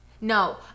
No